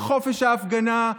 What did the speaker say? בחופש ההפגנה,